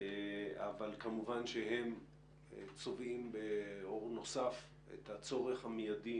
אבל כמובן שהם צובעים באור נוסף את הצורך המיידי